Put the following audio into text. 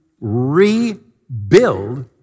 rebuild